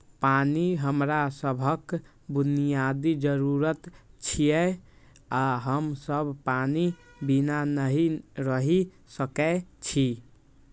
पानि हमरा सभक बुनियादी जरूरत छियै आ हम सब पानि बिना नहि रहि सकै छी